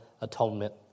atonement